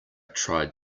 tried